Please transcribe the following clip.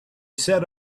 set